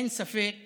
אין ספק